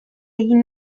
egin